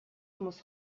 muss